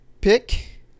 Pick